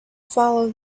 follow